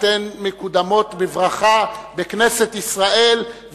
אתן מקודמות בברכה בכנסת ישראל,